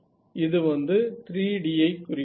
இது வந்து 3D ஐ குறிக்கிறது